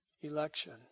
Election